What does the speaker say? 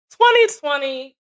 2020